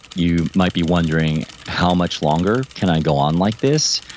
you might be wondering how much longer can i go on like this?